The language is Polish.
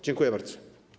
Dziękuję bardzo.